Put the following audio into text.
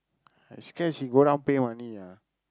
I scared she go down pay money ah